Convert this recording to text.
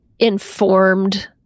informed